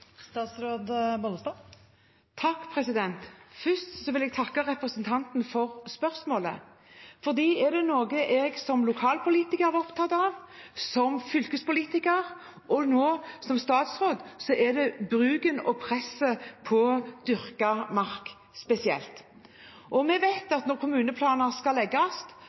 statsråd er opptatt av, er det bruken av og presset på spesielt dyrket mark. Vi vet at når kommuneplaner skal legges,